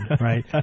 right